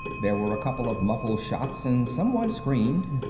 there were a couple of muffled shots and someone screamed.